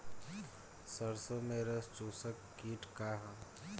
सरसो में रस चुसक किट का ह?